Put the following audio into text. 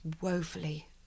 woefully